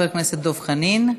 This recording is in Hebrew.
חבר הכנסת דב חנין.